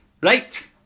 right